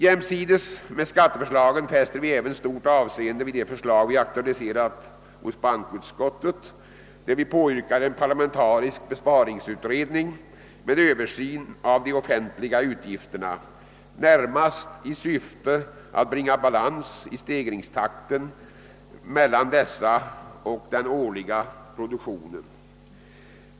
Jämsides med skatteförslaget fäster vi även stort avseende vid det förslag vi aktualiserat hos bankoutskottet, i vilket vi påyrkar en parlamentarisk besparingsutredning för översyn av de offentliga utgifterna — närmast i syfte att bringa balans i stegringstakten mellan dessa och den årliga produktionen.